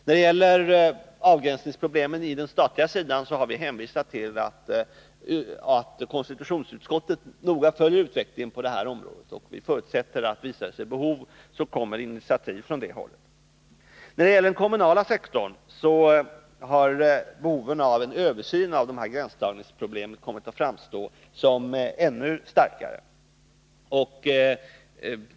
När det gäller avgränsningsproblemen på den statliga sidan har vi hänvisat till att konstitutionsutskottet noga följer utvecklingen på området, och vi förutsätter att om det visar sig föreligga behov av ändringar, så kommer det initiativ från det hållet. I fråga om den kommunala sektorn har behovet av en undersökning av gränsdragningsproblemen kommit att framstå som ännu starkare.